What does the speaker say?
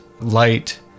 light